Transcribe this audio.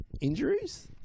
injuries